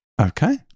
Okay